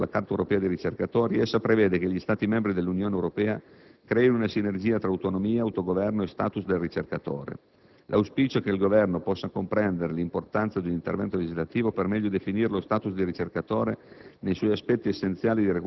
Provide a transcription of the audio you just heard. Quanto al riferimento relativo alla Carta europea dei ricercatori, essa prevede che gli Stati membri dell'Unione Europea creino una sinergia tra autonomia, autogoverno e *status* del ricercatore. L'auspicio è che il Governo possa comprendere l'importanza di un intervento legislativo per meglio definire lo *status* di ricercatore